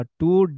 two